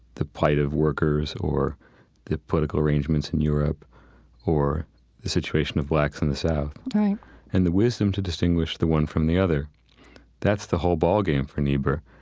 the plight of workers or the political arrangements in europe or the situation of blacks in the south right and the wisdom to distinguish the one from the other that's the whole ballgame for niebuhr.